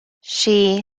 she